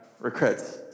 Regrets